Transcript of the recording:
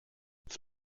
its